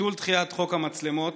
ביטול דחיית חוק המצלמות,